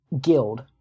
guild